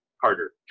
harder